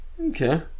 Okay